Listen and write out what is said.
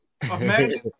Imagine